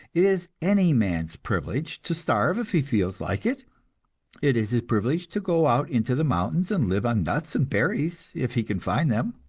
it is any man's privilege to starve if he feels like it it is his privilege to go out into the mountains and live on nuts and berries if he can find them.